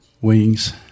wings